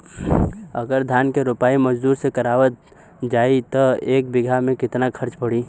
अगर धान क रोपाई मजदूर से करावल जाई त एक बिघा में कितना खर्च पड़ी?